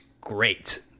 great